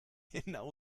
genau